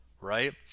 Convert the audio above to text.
right